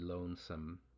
lonesome